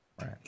right